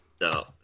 No